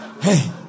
Hey